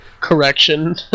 correction